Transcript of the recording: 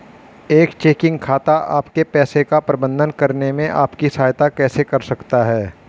एक चेकिंग खाता आपके पैसे का प्रबंधन करने में आपकी सहायता कैसे कर सकता है?